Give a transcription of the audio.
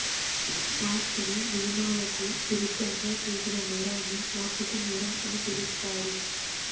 ఆస్తిని నియమాలకు ఇరుద్దంగా చేసిన నేరాన్ని ఆర్థిక నేరం అని పిలుస్తారు